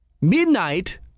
midnight